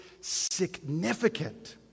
significant